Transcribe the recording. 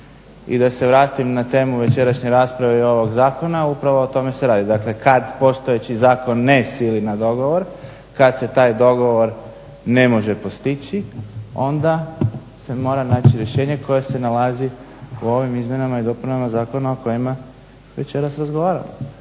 I da se vratim na temu večerašnje rasprave i ovog zakona, upravo o tome se radi. Dakle, kad postojeći zakon ne sili na dogovor, kad se taj dogovor ne može postići onda se mora naći rješenje koje se nalazi u ovim izmjenama i dopunama zakona o kojima večeras razgovaramo